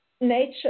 nature